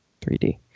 3d